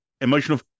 emotional